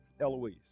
Eloise